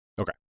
Okay